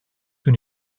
gün